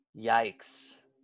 Yikes